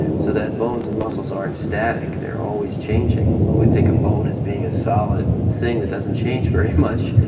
so that bones and muscles aren't static, they're always changing. while we think of bone as being a solid thing that doesn't change very much,